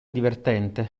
divertente